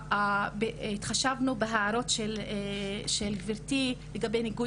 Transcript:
התחשבנו בהערות של גברתי לגבי ניגוד